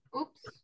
oops